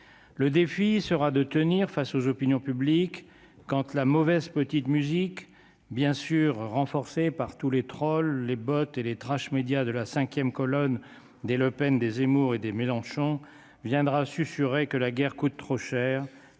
Le défi sera de tenir face aux opinions publiques quand tu la mauvaise petite musique bien sûr renforcé par tous les trolls les bottes et les trash médias de la 5ème colonne des Le Pen des Zemmour et des Mélenchon viendra susurrer que la guerre coûte trop cher